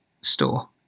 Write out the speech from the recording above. store